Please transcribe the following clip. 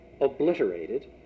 obliterated